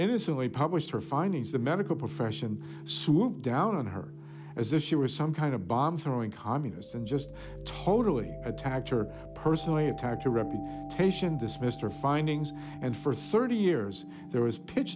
innocently published her findings the medical profession swooped down on her as if she was some kind of bomb throwing communist and just totally attacked her personally attacked a rep taishan dismissed her findings and for thirty years there was pitch